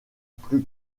plus